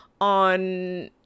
on